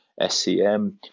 SCM